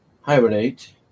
hibernate